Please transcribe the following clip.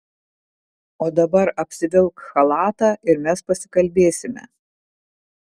o dabar apsivilk chalatą ir mes pasikalbėsime